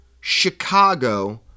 Chicago